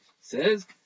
says